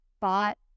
bought